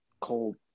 cold